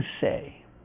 say